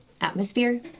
atmosphere